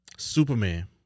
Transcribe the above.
superman